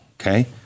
Okay